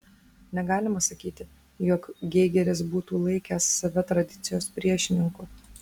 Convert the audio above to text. negalima sakyti jog geigeris būtų laikęs save tradicijos priešininku